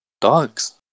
Dogs